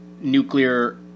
nuclear